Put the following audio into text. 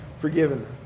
forgiven